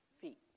feet